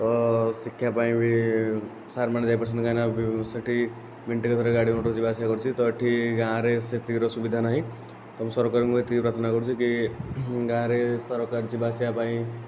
ତ ଶିକ୍ଷା ପାଇଁ ବି ସାର୍ମାନେ ଯାଇପାରୁଛନ୍ତି କାହିଁକିନା ସେଇଠି ମିନିଟରେ ଗାଡ଼ି ମଟର ଯିବାଆସିବା କରୁଛି ତ ଏଠି ଗାଁରେ ସେତିକିର ସୁବିଧା ନାଇଁ ତେଣୁ ସରକାରଙ୍କୁ ଏତିକି ପ୍ରାର୍ଥନା କରୁଛି ଯେ ଗାଁରେ ଯିବାଆସିବା ପାଇଁ